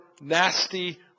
nasty